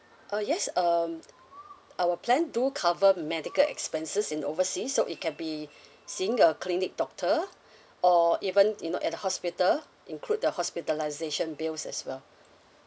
uh yes um our plan do cover medical expenses in overseas so it can be seeing a clinic doctor or even you know at a hospital include the hospitalisation bills as well